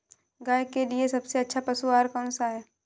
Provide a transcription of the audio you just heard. गाय के लिए सबसे अच्छा पशु आहार कौन सा है?